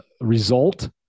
result